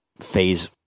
phase